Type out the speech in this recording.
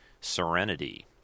Serenity